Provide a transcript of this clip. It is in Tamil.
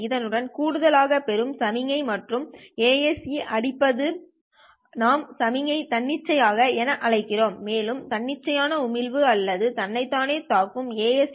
இதனுடன் கூடுதலாக பெரும் சமிக்ஞை மற்றும் ஏஎஸ்இ அடிப்பது நாம் சமிக்ஞை தன்னிச்சையான என அழைக்கிறோம் மேலும்தன்னிச்சையான உமிழ்வு அல்லது தன்னைத்தானே தாக்கும் ஏஎஸ்இ